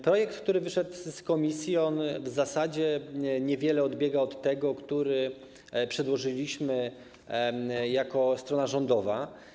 Projekt, który wyszedł z komisji, w zasadzie niewiele odbiega od tego, który przedłożyliśmy jako strona rządowa.